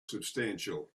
substantial